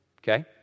Okay